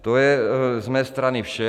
To je z mé strany vše.